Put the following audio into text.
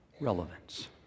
relevance